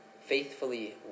faithfully